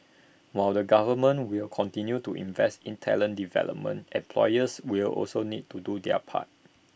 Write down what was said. while the government will continue to invest in talent development employers will also need to do their part